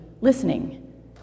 listening